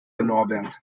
norbert